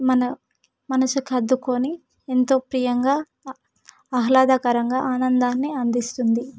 మన మనసుకు హత్తుకొని ఎంతో ప్రియంగా ఆహ్లాదకరంగా ఆనందాన్ని అందిస్తుంది